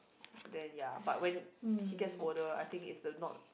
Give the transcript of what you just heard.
then ya but when he gets older I think is a not